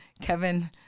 Kevin